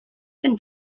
and